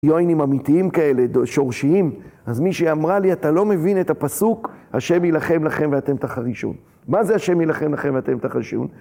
יוענים אמיתיים כאלה, שורשיים. אז מישהי אמרה לי, אתה לא מבין את הפסוק "השם ילחם לכם ואתם תחרישון". מה זה "השם ילחם לכם ואתם תחרישון"?